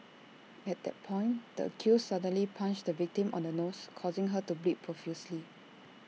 at that point the accused suddenly punched the victim on the nose causing her to bleed profusely